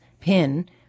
pin